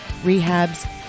rehabs